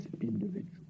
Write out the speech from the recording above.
individual